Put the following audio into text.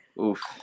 Oof